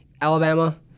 Alabama